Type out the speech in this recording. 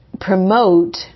promote